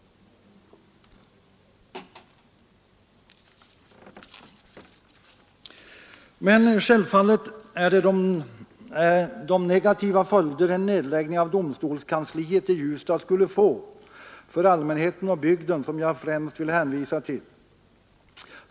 Men självfallet är det de negativa följder en nedläggning av domstolskansliet i Ljusdal skulle få för allmänheten och bygden som vi främst vill hänvisa till.